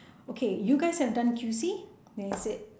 okay you guys have done Q_C then I said